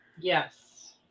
Yes